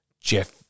Jeff